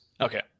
Okay